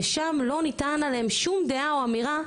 ושם לא ניתן עליהן שום דעה או אמירה,